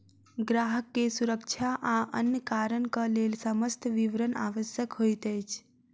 ग्राहक के सुरक्षा आ अन्य कारणक लेल समस्त विवरण आवश्यक होइत अछि